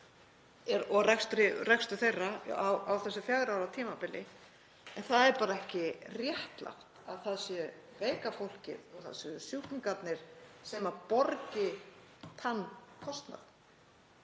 og rekstur þeirra á þessu fjögurra ára tímabili. En það er bara ekki réttlátt að það sé veika fólkið og það séu sjúklingarnir sem borgi þann kostnað.